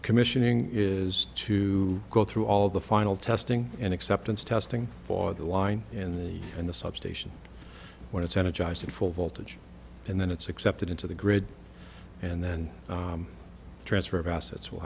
commissioning is to go through all the final testing and acceptance testing for the line in the in the substation when it's energized at full voltage and then it's accepted into the grid and then the transfer of assets will